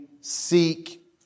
seek